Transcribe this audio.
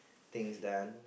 things done